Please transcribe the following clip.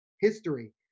history